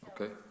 Okay